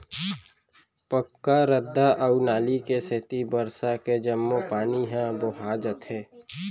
पक्का रद्दा अउ नाली के सेती बरसा के जम्मो पानी ह बोहा जाथे